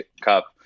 Cup